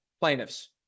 plaintiffs